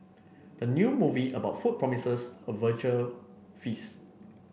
the new movie about food promises a visual feast